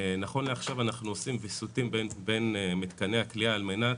נכון לעכשיו אנחנו עושים ויסות בין מתקני הכליאה על מנת